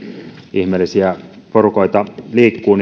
ihmeellisiä porukoita liikkuu